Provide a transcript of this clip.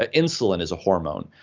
ah insulin is a hormone.